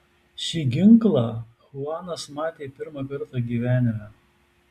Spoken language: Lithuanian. šį ginklą chuanas matė pirmą kartą gyvenime